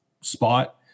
spot